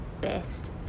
Best